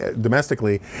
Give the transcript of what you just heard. domestically